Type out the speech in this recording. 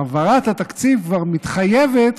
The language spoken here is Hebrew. העברת התקציב כבר מתחייבת,